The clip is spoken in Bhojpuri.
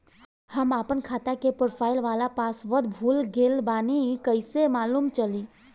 हम आपन खाता के प्रोफाइल वाला पासवर्ड भुला गेल बानी कइसे मालूम चली?